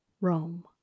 Rome